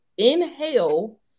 Inhale